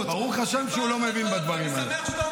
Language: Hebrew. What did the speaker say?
הדחיפות --- ברוך השם שהוא לא מבין בדברים האלה.